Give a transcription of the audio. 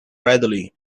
readily